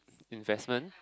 investment